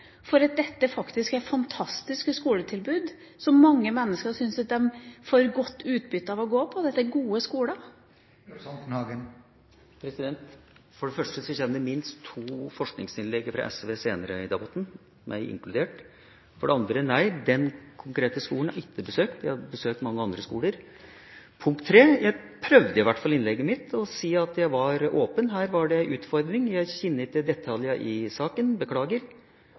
for at dette faktisk er fantastiske skoletilbud som mange mennesker syns at de får godt utbytte av å gå på? Dette er gode skoler. For det første: Det kommer minst to forskningsinnlegg fra SV senere i debatten, som er inkludert. For det andre: Nei, den konkrete skolen har jeg ikke besøkt. Jeg har besøkt mange andre skoler. For det tredje: Jeg prøvde i hvert fall i innlegget mitt å si at jeg var åpen. Her var det en utfordring. Jeg kjenner ikke detaljene i saken, og det beklager